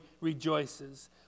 rejoices